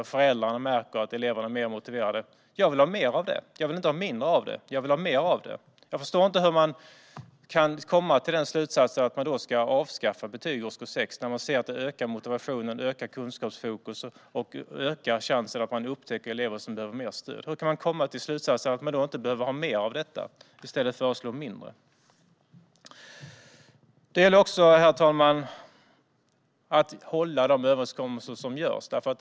Även föräldrarna märker att eleverna är mer motiverade. Jag vill ha mer av detta. Jag vill inte ha mindre av det utan mer av det. Jag förstår inte hur man kan komma till slutsatsen att man ska avskaffa betyg i årskurs 6 när man ser att det ökar motivationen, ökar kunskapsfokus och ökar chanserna att upptäcka elever som behöver mer stöd. Hur kan man komma till slutsatsen att man inte behöver mer av detta och i stället föreslå mindre? Det gäller också, herr talman, att hålla de överenskommelser som görs.